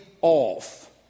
off